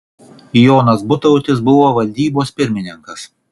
jonas butautis buvo valdybos pirmininkas